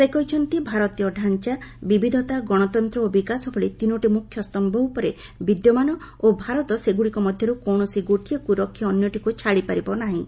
ସେ କହିଛନ୍ତି ଭାରତୀୟ ଢାଞ୍ଚା ବିବିଧତା ଗଣତନ୍ତ୍ର ଓ ବିକାଶ ଭଳି ତିନୋଟି ମୁଖ୍ୟ ସ୍ତମ୍ଭ ଉପରେ ବିଦ୍ୟମାନ ଓ ଭାରତ ସେଗୁଡିକ ମଧ୍ୟର୍ତ କୌଣସି ଗୋଟିଏକୃ ରଖି ଅନ୍ୟଟିକୁ ଛାଡିପାରିବ ନାହିଁ